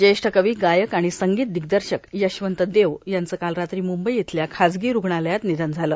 ज्येष्ठ कवी गायक आणि संगीत दिग्दर्शक यशवंत देव यांचं काल रात्री म्ंबई इथल्या खाजगी रूग्णालयात निधन झालं